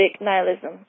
nihilism